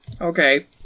Okay